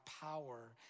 power